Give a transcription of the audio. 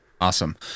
Awesome